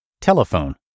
Telephone